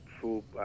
full